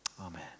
Amen